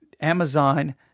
Amazon